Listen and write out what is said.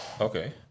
Okay